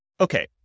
okay